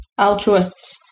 altruists